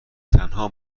تنها